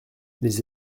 les